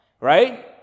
Right